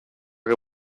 que